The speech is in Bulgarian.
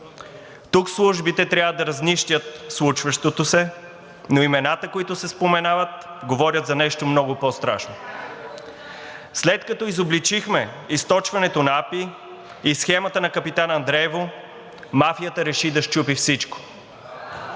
Тук службите трябва да разнищят случващото се, но имената, които се споменават, говорят за нещо много по-страшно. След като изобличихме източването на АПИ и схемата на Капитан Андреево мафията реши да счупи всичко.